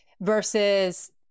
versus